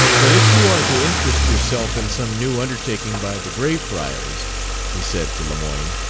but if you are to interest yourself in some new undertaking by the grayfriars he said to lemoyne,